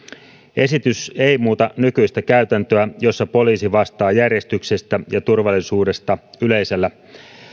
esitys ei muuta nykyistä käytäntöä jossa poliisi vastaa järjestyksestä ja turvallisuudesta yleisellä